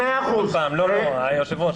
היושב-ראש,